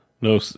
no